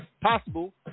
possible